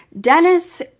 Dennis